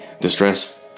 distressed